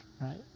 right